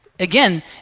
Again